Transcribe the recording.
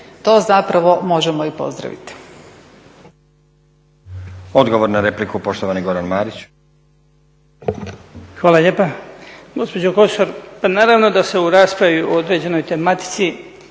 to možemo i pozdraviti.